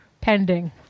pending